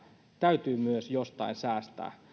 täytyy myös jostain säästää